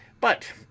But